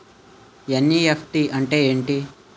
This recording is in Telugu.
ఎన్.ఈ.ఎఫ్.టి అంటే ఎంటి?